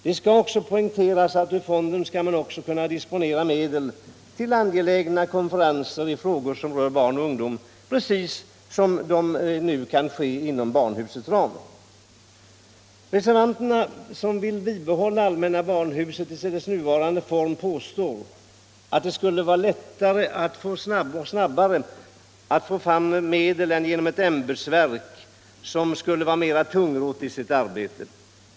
Det skall också poängteras att man ur fonden skall kunna disponera medel till angelägna konferenser i frågor som rör barn och ungdom, precis det som nu kan ske inom barnhusets ram. Reservanterna, som vill bibehålla allmänna barnhuset i dess nuvarande form. påstår att det skulle vara lättare att snabbt få fram medel från allmänna barnhuset än från ett ämbetsverk, vars arbete skulle vara mera tungrott.